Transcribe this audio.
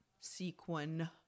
sequin